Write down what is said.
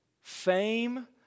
fame